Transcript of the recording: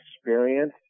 experience